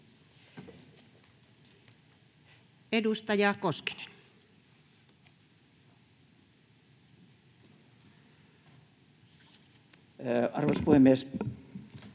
Edustaja Juuso. Arvoisa puhemies!